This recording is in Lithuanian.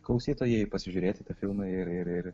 klausytojai pasižiūrėti tą filmą ir ir